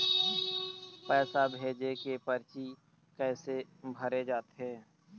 पैसा भेजे के परची कैसे भरे जाथे?